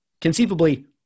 conceivably